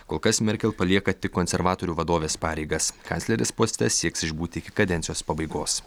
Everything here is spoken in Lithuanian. kol kas merkel palieka tik konservatorių vadovės pareigas kancleris poste sieks išbūti iki kadencijos pabaigos